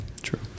True